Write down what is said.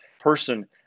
person